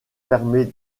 permet